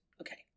Okay